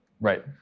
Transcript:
Right